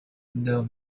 the